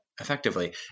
effectively